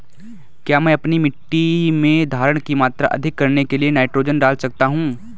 क्या मैं अपनी मिट्टी में धारण की मात्रा अधिक करने के लिए नाइट्रोजन डाल सकता हूँ?